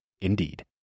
Indeed